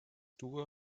duo